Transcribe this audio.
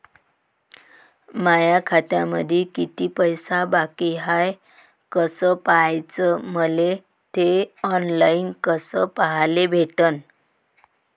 माया खात्यामंधी किती पैसा बाकी हाय कस पाह्याच, मले थे ऑनलाईन कस पाह्याले भेटन?